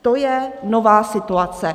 To je nová situace.